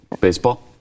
Baseball